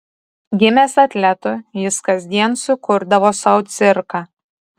gimęs atletu jis kasdien sukurdavo sau cirką